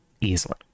easily